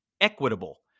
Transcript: equitable